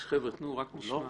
רגע, חבר'ה, תנו לו, רק נשמע.